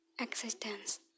existence